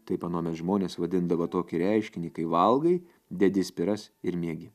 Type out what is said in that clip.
taip anuomet žmonės vadindavo tokį reiškinį kai valgai dedi spiras ir miegi